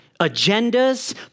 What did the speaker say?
agendas